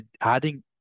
adding